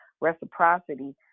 reciprocity